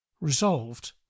resolved